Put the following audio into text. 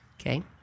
Okay